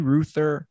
Ruther